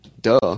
Duh